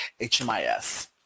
hmis